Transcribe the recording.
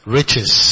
Riches